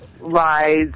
lies